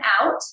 out